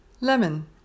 Lemon